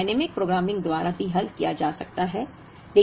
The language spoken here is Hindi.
समस्या को डायनेमिक प्रोग्रामिंग द्वारा भी हल किया जा सकता है